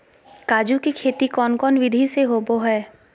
काजू के खेती कौन कौन विधि से होबो हय?